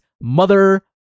Mother